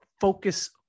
focus